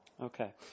Okay